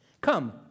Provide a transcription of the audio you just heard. Come